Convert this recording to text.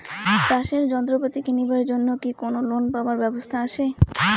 চাষের যন্ত্রপাতি কিনিবার জন্য কি কোনো লোন পাবার ব্যবস্থা আসে?